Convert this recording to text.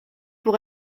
pour